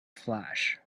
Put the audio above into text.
flash